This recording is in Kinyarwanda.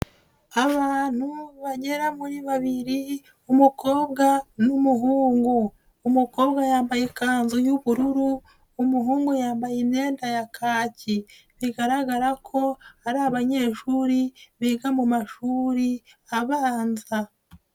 Abantu bagera muri babiri umukobwa n'umuhungu, umukobwa yambaye ikanzu y'ubururu, umuhungu yambaye imyenda ya kaki bigaragara ko ari abanyeshuri biga mu mashuri abanza.